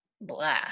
blah